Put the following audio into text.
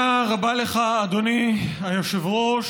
תודה רבה לך, אדוני היושב-ראש.